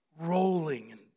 rolling